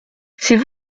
c’est